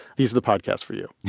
these are the podcasts for you